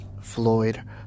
floyd